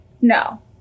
No